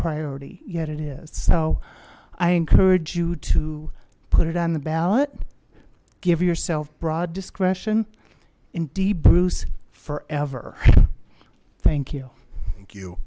priority yet it is so i encourage you to put it on the ballot give yourself broad discretion and d bruce forever thank you thank you